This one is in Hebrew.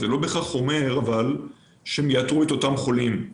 אבל זה לא בהכרח אומר שהם יאתרו את אותם חולים.